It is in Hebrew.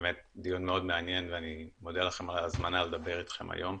באמת דיון מאוד מעניין ואני מודה לכם על ההזמנה לדבר איתכם היום.